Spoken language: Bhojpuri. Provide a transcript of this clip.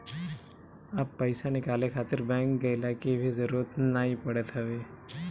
अब पईसा निकाले खातिर बैंक गइला के भी जरुरत नाइ पड़त हवे